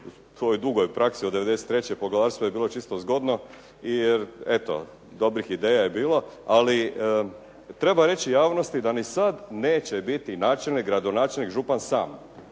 u toj dugoj praksi od '93. poglavarstvo je bilo čisto zgodno jer eto, dobrih ideja je bilo, ali treba reći javnosti da ni sad neće biti načelnik, gradonačelnik, župan sam.